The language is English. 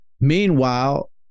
Meanwhile